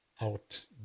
out